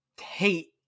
hate